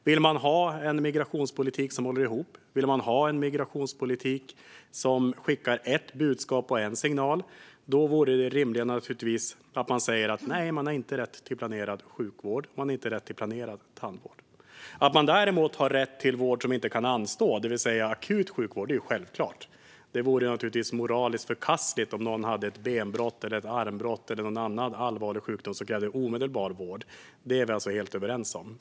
Vill vi ha en migrationspolitik som håller ihop, vill vi ha en migrationspolitik som skickar ett budskap och en signal, vore naturligtvis det rimliga att säga: Nej, man har inte rätt till planerad sjukvård eller planerad tandvård. Att man däremot har rätt till vård som inte kan anstå, det vill säga akut sjukvård, är självklart. Det vore naturligtvis moraliskt förkastligt om någon hade ett benbrott, ett armbrott eller någon annan allvarlig sjukdom som krävde omedelbar vård och inte fick det. Det är vi helt överens om.